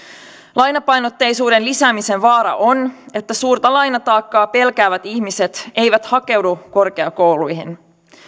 lainapainotteisuuden lisäämisen vaara on että suurta lainataakkaa pelkäävät ihmiset eivät hakeudu korkeakouluihin